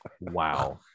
Wow